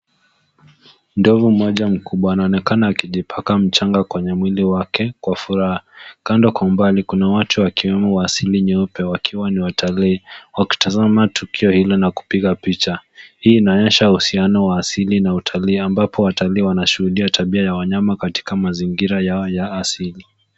Ndovu moja mkubwa anaonekana akijipaka mchanga kwenye mwili wake, kwa furaha. Kando kwa umbali, kuna watu wakiwemo wa asili nyeupe wakiwa ni watalii, wakitazama tukio hilo na kupiga picha. Hii inaonyesha uhusiano wa asili na utalii, ambapo watalii wanashuhudia tabia ya wanyama katika mazingira yao ya asili.